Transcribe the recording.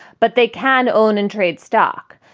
but they can own and trade stock.